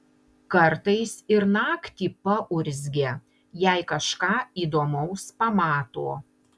kartais ir naktį paurzgia jei kažką įdomaus pamato